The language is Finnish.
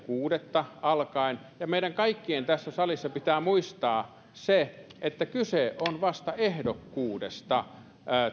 kuudetta alkaen meidän kaikkien tässä salissa pitää muistaa että kyse on vasta ehdokkuudesta ja